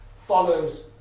follows